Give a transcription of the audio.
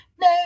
No